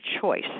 choice